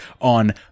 on